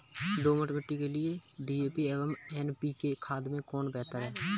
दोमट मिट्टी के लिए डी.ए.पी एवं एन.पी.के खाद में कौन बेहतर है?